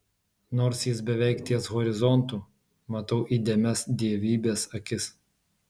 nors jis beveik ties horizontu matau įdėmias dievybės akis